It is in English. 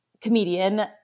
comedian